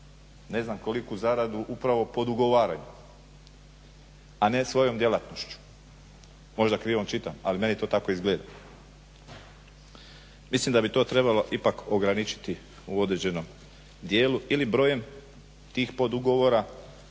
ne znam koliku zaradu upravo po dogovaranju, a ne svojom djelatnošću. Možda krivo čitam, al meni to tako izgleda. Mislim da bi to trebalo ipak ograničiti u određenom dijelu ili brojem tih podugovora